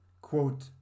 quote